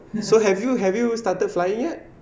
so have you have you started flying yet